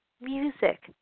music